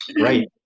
Right